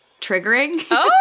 triggering